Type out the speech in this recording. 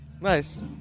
nice